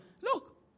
Look